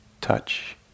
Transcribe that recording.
touch